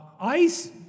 ICE